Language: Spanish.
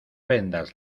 vendas